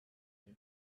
you